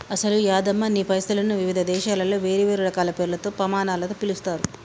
అసలు యాదమ్మ నీ పైసలను వివిధ దేశాలలో వేరువేరు రకాల పేర్లతో పమానాలతో పిలుస్తారు